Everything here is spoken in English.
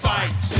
Fight